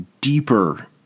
deeper